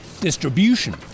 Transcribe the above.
distribution